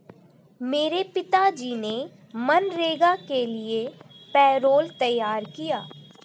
मेरे पिताजी ने मनरेगा के लिए पैरोल तैयार किया